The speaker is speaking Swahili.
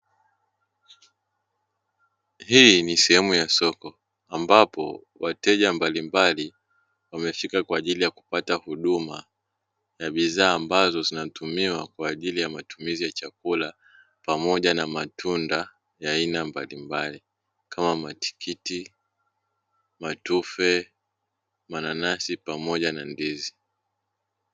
Hii ni sehemu ya soko ambapo wateja mbalimbali wamefika kwa ajili ya kupata huduma ya bidhaa; ambazo zinatumiwa kwa matumizi ya chakula pamoja na matunda ya aina mbalimbali kama: matikiti, matufe, mananasi pamoja na ndizi.